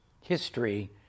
history